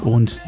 Und